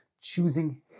choosing